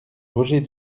roger